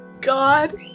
God